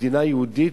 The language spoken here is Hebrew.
כמדינה יהודית,